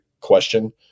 question